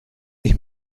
ich